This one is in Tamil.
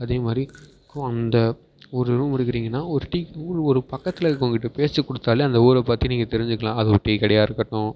அதே மாதிரி அந்த ஒரு ரூம் எடுக்குறிங்கன்னால் ஒரு டீ ஒரு பக்கத்தில் இருக்கிறவங்க கிட்ட பேச்சு கொடுத்தாலே அந்த ஊரை பற்றி நீங்கள் தெரிஞ்சுக்கலாம் அது ஒரு டீ கடையாக இருக்கட்டும்